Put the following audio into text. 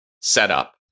setup